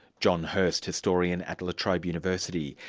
john hirst, historian at la trobe university.